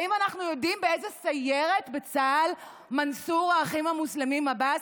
האם אנחנו יודעים באיזו סיירת בצה"ל מנסור האחים המוסלמים עבאס,